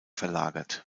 verlagert